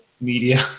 media